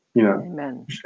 Amen